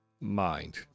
mind